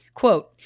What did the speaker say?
Quote